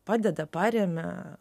padeda paremia